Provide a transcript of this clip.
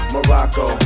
Morocco